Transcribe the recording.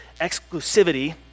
exclusivity